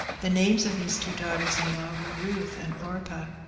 the names of these two daughters-in-law were ruth and orpah.